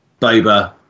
boba